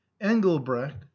engelbrecht